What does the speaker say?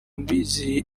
mbizi